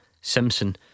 Simpson